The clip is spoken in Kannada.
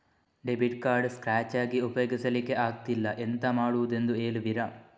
ಡೆಬಿಟ್ ಕಾರ್ಡ್ ಸ್ಕ್ರಾಚ್ ಆಗಿ ಉಪಯೋಗಿಸಲ್ಲಿಕ್ಕೆ ಆಗ್ತಿಲ್ಲ, ಎಂತ ಮಾಡುದೆಂದು ಹೇಳುವಿರಾ?